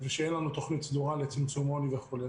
ושאין לנו תוכנית סדורה לצמצום עוני וכו'.